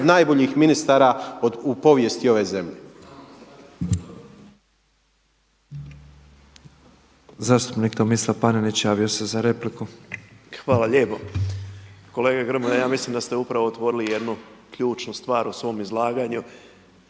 najboljih ministara u povijesti ove zemlje.